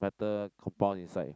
metal compound inside